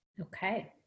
Okay